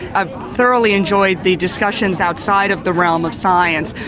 i thoroughly enjoyed the discussions outside of the realm of science.